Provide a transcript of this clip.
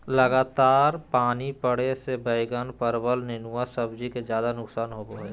लगातार पानी पड़े से बैगन, परवल, नेनुआ सब्जी के ज्यादा नुकसान होबो हइ